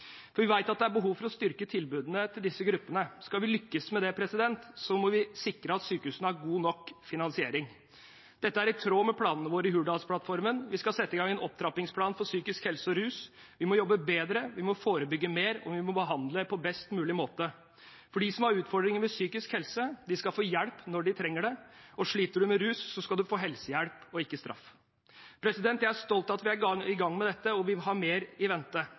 for vi vet at det er behov for å styrke tilbudet til disse gruppene. Skal vi lykkes med det, må vi sikre at sykehusene har god nok finansiering. Dette er i tråd med planene våre i Hurdalsplattformen. Vi skal sette i gang en opptrappingsplan for psykisk helse og rus. Vi må jobbe bedre, vi må forebygge mer, og vi må behandle på best mulig måte. De som har utfordringer med psykisk helse, skal få hjelp når de trenger det. Og sliter man med rus, skal man få helsehjelp og ikke straff. Jeg er stolt av at vi er i gang med dette, og vi har mer i vente.